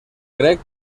grec